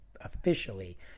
officially